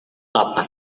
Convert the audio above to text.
tapa